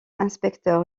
inspecteur